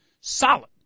solid